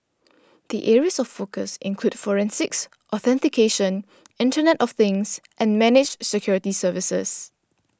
the areas of focus include forensics authentication Internet of Things and managed security services